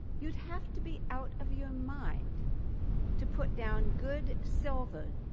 you'd have to be out of your mind to put down good silver,